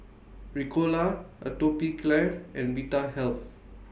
Ricola Atopiclair and Vitahealth